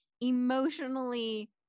emotionally